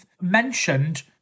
mentioned